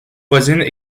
voisines